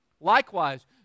Likewise